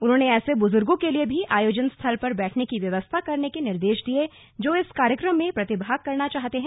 उन्होंने ऐसे बुजुर्गों के लिए भी आयोजन स्थल पर बैठने की व्यवस्था करने के निर्देश दिए जो इस कार्यक्रम में प्रतिभाग करना चाहते हैं